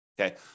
Okay